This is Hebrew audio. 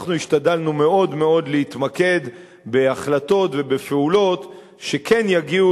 אנחנו השתדלנו מאוד מאוד להתמקד בהחלטות ובפעולות שכן יגיעו